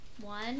One